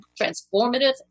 transformative